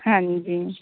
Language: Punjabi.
ਹਾਂਜੀ